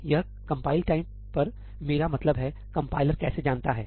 यह compile time पर मेरा मतलब है कंपाइलर कैसे जानता है